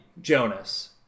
Jonas